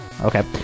Okay